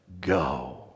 go